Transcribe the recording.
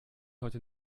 heute